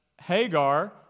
Hagar